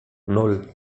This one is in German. nan